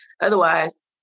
Otherwise